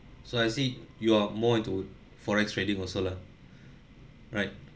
so I see you are more into forex trading also lah right